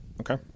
Okay